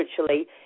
virtually